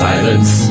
Silence